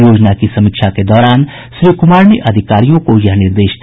योजना की समीक्षा के दौरान श्री कुमार ने अधिकारियों को यह निर्देश दिया